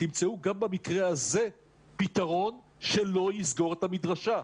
תמצאו גם במקרה הזה פתרון שלא יסגור את המדרשה.